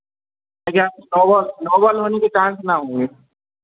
क्योंकि आप no ball no ball होने की चांस ना हो